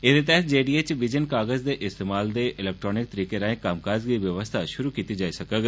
एहदे तैहत J D A च बिजन कागज दे इस्तेमाल दे इलैक्ट्रानिक तरीके राए कम्मकाज दी व्यवस्था शुरु कीती जाग